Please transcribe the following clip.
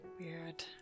Weird